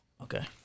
Okay